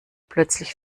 plötzlich